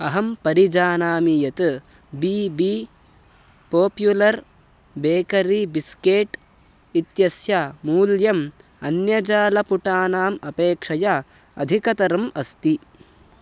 अहं परिजानामि यत् B B popular bakery biscuit इत्यस्य मूल्यम् अन्यजालपुटानाम् अपेक्षया अधिकतरम् अस्ति